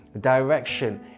direction